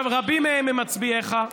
רבים מהם הם מצביעיך,